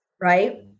right